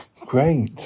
Great